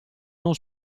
non